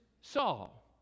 Saul